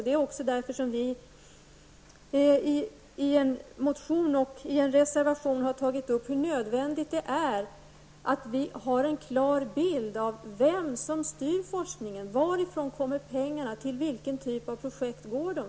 Det är också därför som vi både i en motion och i en reservation har tagit upp frågan om hur nödvändigt det är att vi har en klar bild av vem som styr forskningen. Vi frågar där: Varifrån kommer pengarna, och till vilken typ av projekt går de?